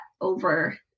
over